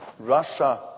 Russia